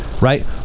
right